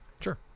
Sure